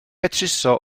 betruso